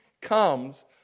comes